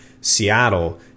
Seattle